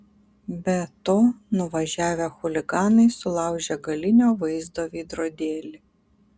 be to nuvažiavę chuliganai sulaužė galinio vaizdo veidrodėlį